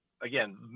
again